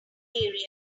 area